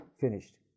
Finished